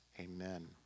amen